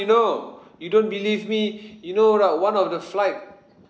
you know you don't believe me you know or not one of the flight